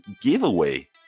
giveaway